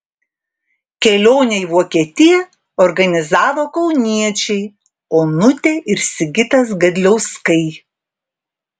kelionę į vokietiją organizavo kauniečiai onutė ir sigitas gadliauskai